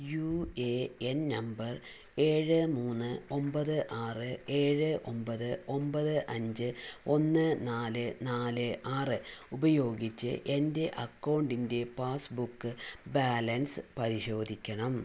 U A N number ഏഴ് മൂന്ന് ഒമ്പത് ആറ് ഏഴ് ഒമ്പത് ഒമ്പത് അഞ്ച് ഒന്ന് നാല് നാല് ആറ് ഉപയോഗിച്ച് എൻ്റെ അക്കൗണ്ടിൻ്റെ പാസ്ബുക്ക് ബാലൻസ് പരിശോധിക്കണം